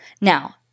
Now